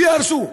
שיהרסו.